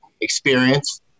experience